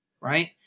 right